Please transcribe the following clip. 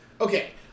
Okay